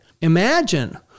Imagine